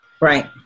Right